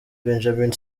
benjamin